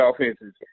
offenses